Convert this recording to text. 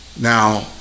Now